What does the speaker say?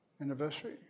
anniversary